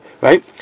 right